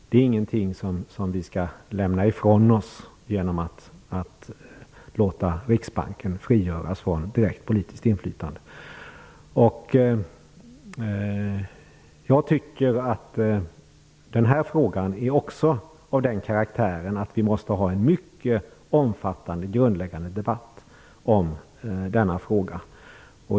Det är ingenting som vi skall lämna ifrån oss genom att låta Riksbanken frigöras från direkt politiskt inflytande. Jag tycker att den här frågan också är av den karaktären att vi måste ha en mycket omfattande grundläggande debatt om den.